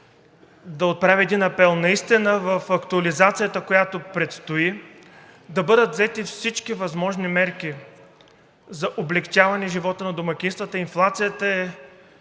да отправя един апел – наистина в актуализацията, която предстои, да бъдат взети всички възможни мерки за облекчаване на живота на домакинствата. Инфлацията е